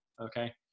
okay